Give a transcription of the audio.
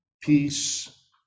peace